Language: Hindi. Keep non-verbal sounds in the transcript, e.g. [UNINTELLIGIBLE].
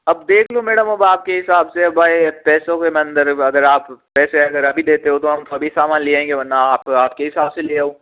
अब देख लो मैडम अब आपके हिसाब से भाई पैसों के [UNINTELLIGIBLE] अगर आप पैसे अगर अभी देते हो तो हम अभी समान ले आएंगे वरना आप आपके हिसाब से ले आओ